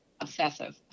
obsessive